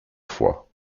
fois